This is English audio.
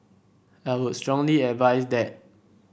I would strongly advise that